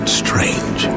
strange